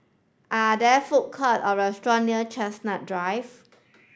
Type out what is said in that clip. are there food court or restaurants near Chestnut Drive